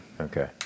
Okay